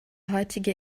heutige